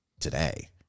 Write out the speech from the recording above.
today